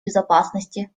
безопасности